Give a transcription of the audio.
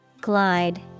Glide